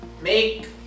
make